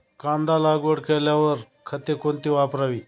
कांदा लागवड केल्यावर खते कोणती वापरावी?